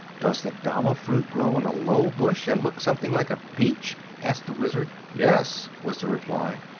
does the dama-fruit grow on a low bush, and look something like a peach? asked the wizard. yes, was the reply.